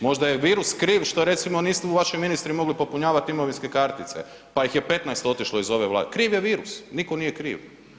Možda je virus kriv što recimo nisu vaši ministri mogli popunjavati imovinske kartice pa ih je 15 otišlo iz ove Vlade, kriv je virus, nitko nije kriv.